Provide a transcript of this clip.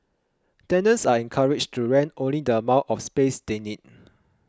tenants are encouraged to rent only the amount of space they need